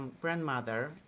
grandmother